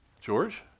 George